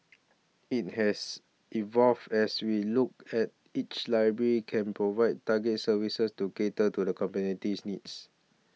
it has evolved as we look at each library can provide targeted services to cater to the community's needs